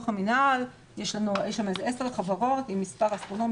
יש שם איזה עשר חברות עם מספר אסטרונומי